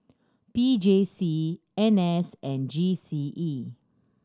P J C N S and G C E